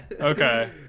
Okay